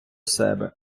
себе